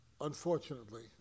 unfortunately